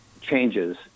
changes